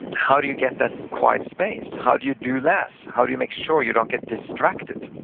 how do you get that quiet space, how do you do less, how do you make sure you don't get distracted?